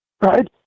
Right